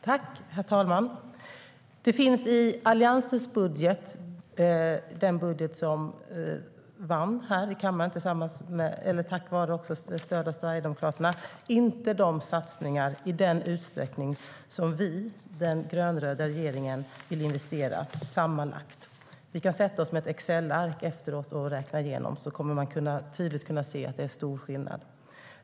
Herr talman! Det finns i Alliansens budget, den budget som vann här i kammaren med stöd av Sverigedemokraterna, inte satsningar i den utsträckning som vi, den grönröda regeringen, ville göra sammanlagt. Vi kan sätta oss med ett Excelark efteråt och räkna igenom det, så kommer man tydligt att kunna se att det är stor skillnad.